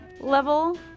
level